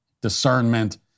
discernment